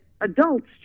adults